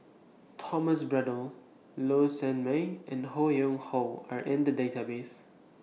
Thomas Braddell Low Sanmay and Ho Yuen Hoe Are in The Database